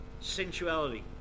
sensuality